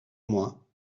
moi